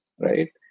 right